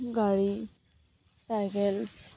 গাড়ী চাইকেল